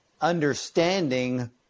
understanding